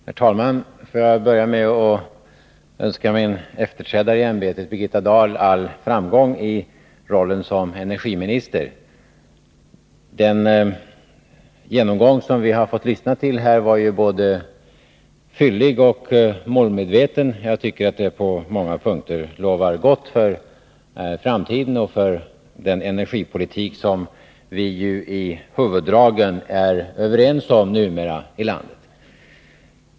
Herr talman! Låt mig börja med att önska min efterträdare i ämbetet Birgitta Dahl all framgång i rollen som energiminister. Den genomgång som vi har fått lyssna till var både fyllig och målmedveten, och jag tycker att det på många punkter lovar gott för framtiden och för den energipolitik som vi ju i huvuddragen är överens om numera i landet.